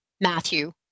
Matthew